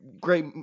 great